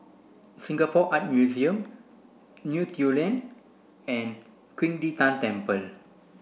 Singapore Art Museum Neo Tiew Lane and Qing De Tang Temple